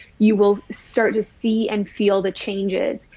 you will start to see and feel the changes.